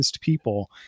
People